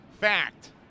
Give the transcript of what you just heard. Fact